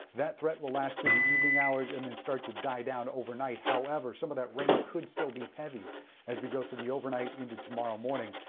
that threat will last through the evening hours. and then start to die down overnight. however, some of that rain could be heavy as we go through the overnight into tomorrow morning.